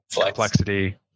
complexity